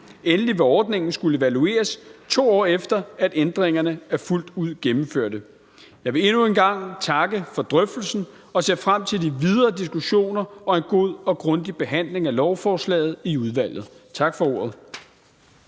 Endelig vil ordningen skulle evalueres, 2 år efter at ændringerne er fuldt ud gennemført. Jeg vil endnu en gang takke for drøftelsen og ser frem til de videre diskussioner og en god og grundig behandling af lovforslaget i udvalget. Tak for ordet.